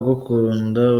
ugukunda